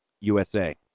USA